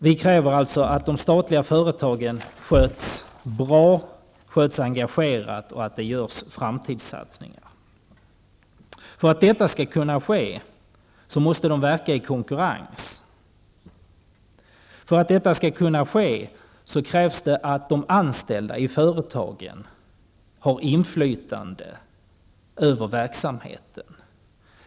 Vi kräver alltså att de statliga företagen sköts bra och engagerat och att det görs framtidssatsningar. För att detta skall kunna ske måste de verka i konkurrens. För att detta skall kunna ske krävs det att de anställda i företagen har inflytande över verksamheten.